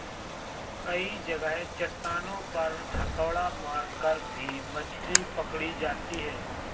कई जगह चट्टानों पर हथौड़ा मारकर भी मछली पकड़ी जाती है